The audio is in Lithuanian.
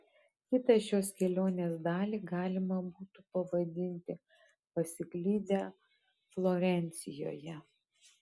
kitą šios kelionės dalį galima būtų pavadinti pasiklydę florencijoje